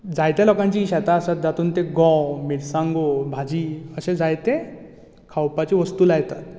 जायत्या लोकांची ही शेतां आसात जातून ते गंव मिरसांगो भाजी अशें जायते खावपाच्यो वस्तू लायतात